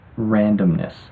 randomness